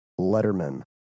Letterman